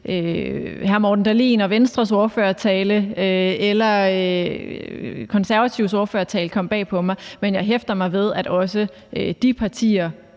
hr. Morten Dahlin fra Venstres ordførertale eller Konservatives ordførers tale kom bag på mig. Men jeg hæftede mig ved, at også de partier